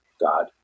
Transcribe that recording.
God